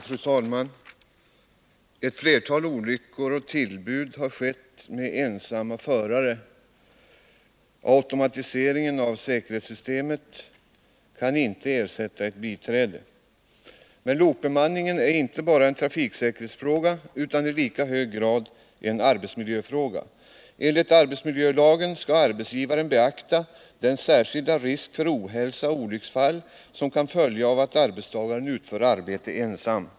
Fru talman! Ett flertal olyckor och tillbud har inträffat med tåg med ensamma förare. Automatiseringen av säkerhetssystemet kan inte ersätta ett biträde. Men lokbemanningen är inte bara en trafiksäkerhetsfråga utan i lika hög grad en arbetsmiljöfråga. Enligt arbetsmiljölagen skall arbetsgivaren beakta den särskilda risk för ohälsa och olycksfall som kan följa av att arbetstagaren utför arbete ensam.